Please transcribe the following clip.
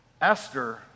Esther